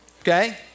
okay